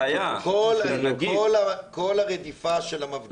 לכן כל הרדיפה של המפגינים,